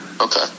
Okay